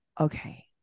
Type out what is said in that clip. okay